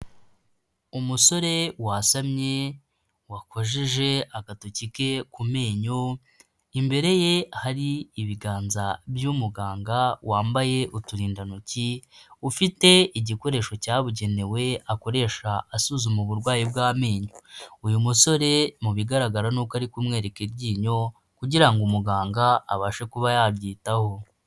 Umusore wasamye wakojeje agatoki ke ku menyo, imbere ye hari ibiganza by'umuganga wambaye uturindantoki, ufite igikoresho cyabugenewe akoresha asuzuma uburwayi bw'amenyo, uyu musore mu bigaragara ni uko ari kumwereka iryinyo kugirango umuganga abashe kuba yabyitaho.